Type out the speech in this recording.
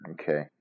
okay